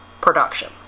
production